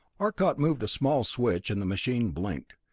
arcot moved a small switch and the machine blinked,